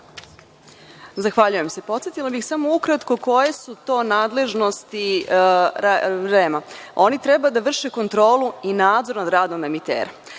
Zahvaljujem se. Podsetila bih samo ukratko koje su to nadležnosti REM-a. Oni treba da vrše kontrolu i nadzor nad radom emitera.